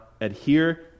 adhere